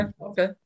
okay